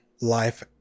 life